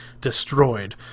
destroyed